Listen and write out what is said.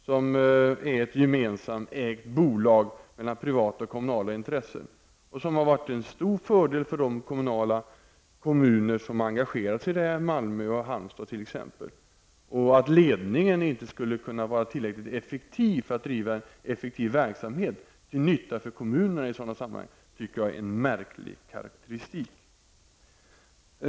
Det är ett bolag som ägs gemensamt av kommunala och privata intressen och som har varit till stor fördel för de kommuner som engagerat sig i det, bl.a. Malmö och Halmstad. Att ledningen inte skulle kunna vara tillräckligt effektiv för att driva en verksamhet till nytta för kommunerna i sådana sammanhang tycker jag är en märklig karakterisitik.